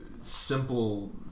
simple